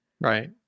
Right